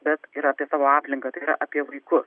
bet ir apie savo aplinką tai yra apie vaikus